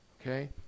Okay